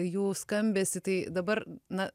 jų skambesį tai dabar na